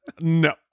No